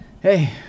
hey